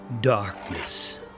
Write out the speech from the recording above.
darkness